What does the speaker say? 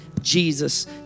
Jesus